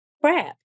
crap